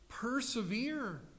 persevere